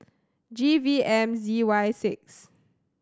G V M Z Y six